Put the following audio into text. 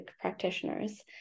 practitioners